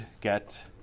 get